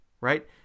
right